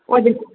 వదిన